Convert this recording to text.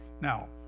Now